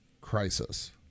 crisis